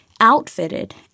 outfitted